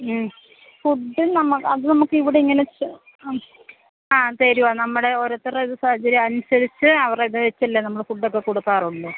food നമുക്ക് അത് നമുക്കിവിടെ ഇങ്ങനെ ആ തെരുവോ നമ്മുടെ ഓരോരുത്തരുടെ സാഹചര്യമനുസരിച്ച് അവരിത് വെച്ചല്ലേ നമ്മൾ ഫുഡൊക്കെ കൊടുക്കാറുള്ളൂ